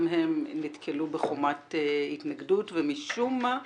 גם הם נתקלו בחומת התנגדות ומשום מה,